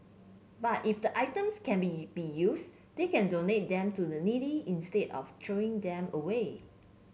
but if the items can be be used they can donate them to the needy instead of throwing them away